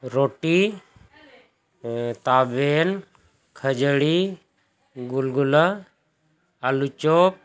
ᱨᱩᱴᱤ ᱛᱟᱵᱮᱱ ᱠᱷᱟᱹᱡᱟᱹᱲᱤ ᱜᱩᱞᱜᱩᱞᱟᱹ ᱟᱹᱞᱩ ᱪᱚᱯ